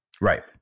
Right